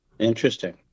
Interesting